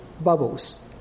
bubbles